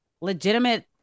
legitimate